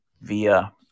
via